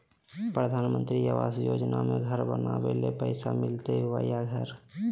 प्रधानमंत्री आवास योजना में घर बनावे ले पैसा मिलते बोया घर?